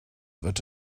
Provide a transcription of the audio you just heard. wird